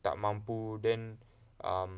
tak mampu then um